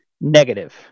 negative